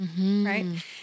right